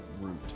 route